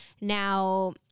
Now